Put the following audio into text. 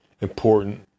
important